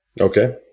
Okay